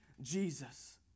Jesus